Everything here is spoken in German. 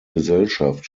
gesellschaft